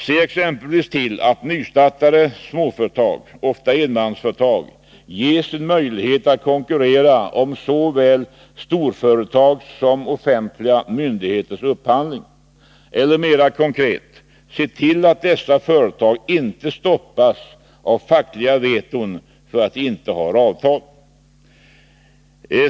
Se exempelvis till att nystartade företag — ofta enmansföretag — ges en möjlighet att konkurrera om såväl storföretags som offentliga myndigheters upphandling. Eller mer konkret: Se till att dessa företag inte stoppas av fackliga veton för att de inte har avtal!